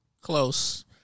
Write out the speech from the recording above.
Close